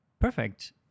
Perfect